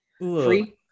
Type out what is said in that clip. free